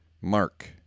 Mark